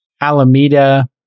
Alameda